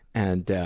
and